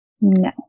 No